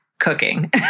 cooking